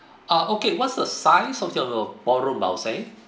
ah okay what's the size of your ballroom I'll say